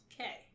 Okay